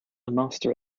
master